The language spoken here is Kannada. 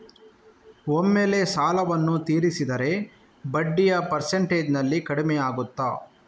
ಒಮ್ಮೆಲೇ ಸಾಲವನ್ನು ತೀರಿಸಿದರೆ ಬಡ್ಡಿಯ ಪರ್ಸೆಂಟೇಜ್ನಲ್ಲಿ ಕಡಿಮೆಯಾಗುತ್ತಾ?